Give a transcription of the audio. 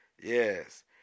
Yes